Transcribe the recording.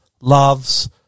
loves